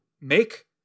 make